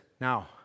now